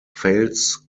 fails